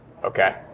Okay